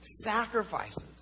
sacrifices